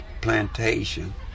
plantation